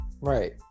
Right